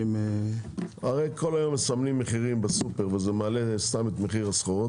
הרי כל היום מסמנים מחירים בסופר וזה מעלה סתם את מחיר הסחורות